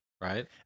Right